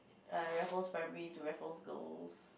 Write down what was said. err Raffles Primary to Raffles Girls